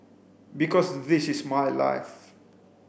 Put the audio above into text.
because this is my life